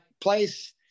place